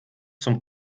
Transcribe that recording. zum